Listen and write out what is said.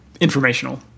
informational